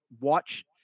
watch